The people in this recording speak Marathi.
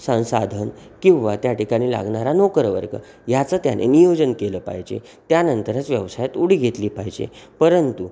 संसाधन किंवा त्या ठिकाणी लागणारा नोकरवर्ग याचं त्याने नियोजन केलं पाहिजे त्यानंतरच व्यवसायात उडी घेतली पाहिजे परंतु